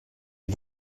est